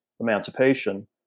Emancipation